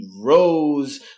Rose